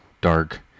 dark